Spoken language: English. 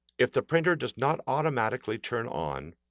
if the printer does not automatically turn on,